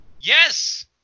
Yes